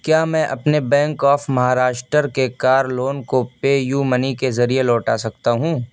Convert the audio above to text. کیا میں اپنے بینک آف مہاراشٹر کے کار لون کو پے یو منی کے ذریعے لوٹا سکتا ہوں